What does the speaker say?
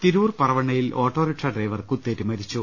തിരൂർ പറവണ്ണയിൽ auto rickshaw driver കുത്തേറ്റ് മരിച്ചു